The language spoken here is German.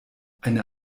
eine